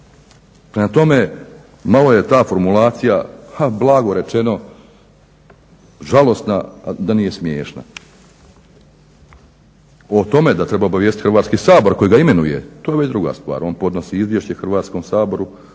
tome, malo je ta formulacija ha blago rečeno žalosna, a da nije smiješna. O tome da treba obavijestiti Hrvatski sabor koji ga imenuje to je već druga stvar. On podnosi izvješće Hrvatskom saboru